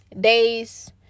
Days